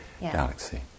galaxy